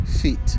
feet